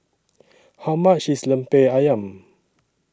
How much IS Lemper Ayam